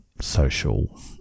social